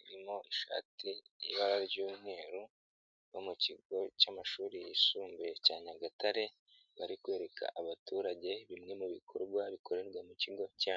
irimo ishati y'ibara ry'umweru, bo mu kigo cy'amashuri yisumbuye cya Nyagatare, bari kwereka abaturage bimwe mu bikorwa bikorerwa mu kigo cyabo.